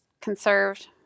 conserved